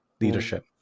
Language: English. leadership